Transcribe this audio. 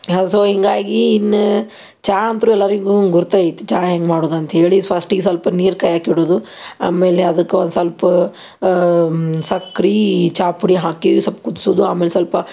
so ಹೀಗಾಗಿ ಇನ್ನು ಚಾ ಅಂತು ಎಲ್ಲರಿಗೂ ಗುರ್ತೈತಿ ಚಾ ಹೆಂಗೆ ಮಾಡುದು ಅಂತೇಳಿ ಫಸ್ಟಿಗೆ ಸ್ವಲ್ಪ ನೀರು ಕಾಯಕ್ಕೆ ಇಡುವುದು ಆಮೇಲೆ ಅದಕ್ಕೆ ಒಂದು ಸ್ವಲ್ಪ ಸಕ್ರೆ ಚಾ ಪುಡಿ ಹಾಕಿ ಸ್ವಲ್ಪ ಕುದ್ಸೋದು ಆಮೇಲೆ ಸ್ವಲ್ಪ